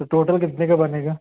तो टोटल कितने का बनेगा